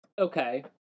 Okay